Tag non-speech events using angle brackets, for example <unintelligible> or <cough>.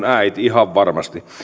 <unintelligible> äiti ihan varmasti